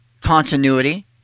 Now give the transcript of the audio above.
continuity